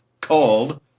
called